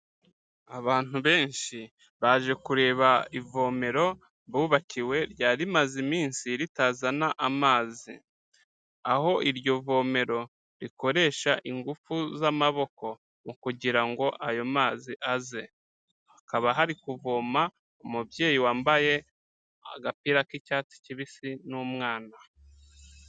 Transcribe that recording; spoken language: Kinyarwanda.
Abantu benshi baje kureba ivomero bubakiwe ryari rimaze iminsi ritazana amazi. Aho iryo vomero rikoresha ingufu z'amaboko mu kugira ngo ayo mazi aze. Hakaba hari kuvoma umubyeyi wambaye agapira k'icyatsi kibisi n'umwana.